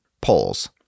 poles